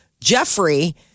Jeffrey